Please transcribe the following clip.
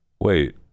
wait